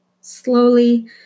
Slowly